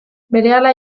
berehala